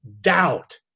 doubt